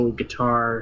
guitar